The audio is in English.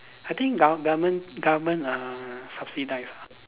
I think gover~ government government uh subsidise ah